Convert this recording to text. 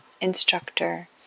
instructor